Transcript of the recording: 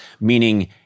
Meaning-